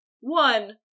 One